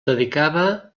dedicava